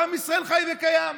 ועם ישראל חי וקיים.